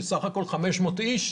זה בסך הכול 500 איש.